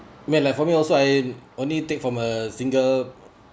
ya like for me also I only take from uh single